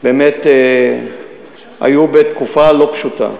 באמת היו בתקופה לא פשוטה.